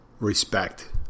respect